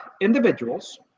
individuals